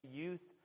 youth